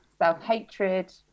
Self-hatred